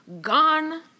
gone